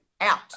out